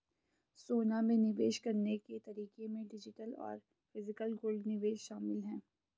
सोना में निवेश करने के तरीके में डिजिटल और फिजिकल गोल्ड निवेश शामिल है